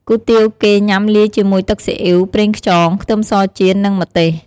គុយទាវគេញ៉ាំលាយជាមួយទឹកស៊ីអ៊ីវ ប្រេងខ្យង ខ្ទឹមសចៀន និងម្ទេស។